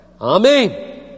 Amen